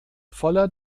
voller